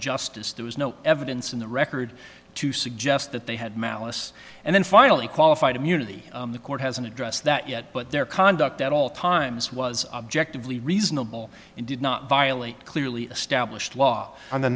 justice there was no evidence in the record to suggest that they had malice and then finally qualified immunity the court hasn't addressed that yet but their conduct at all times was objectively reasonable and did not violate clearly established law on the